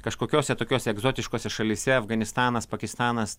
kažkokiose tokiose egzotiškose šalyse afganistanas pakistanas